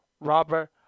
Robert